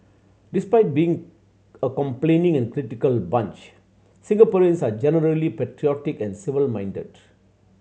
despite being a complaining and critical bunch Singaporeans are generally patriotic and civic minded